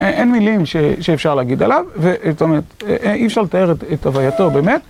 אין מילים שאפשר להגיד עליו, זאת אומרת, אי אפשר לתאר את הווייתו באמת.